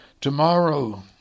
tomorrow